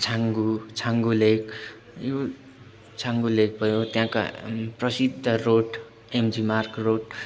Changu Changu lake यो Changu lake भयो त्यहाँका प्रसिद्ध रोड एम जी मार्ग रोड